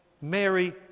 Mary